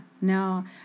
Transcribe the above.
No